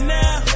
now